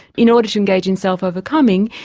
in order to engage in self-overcoming,